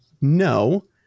No